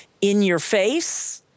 in-your-face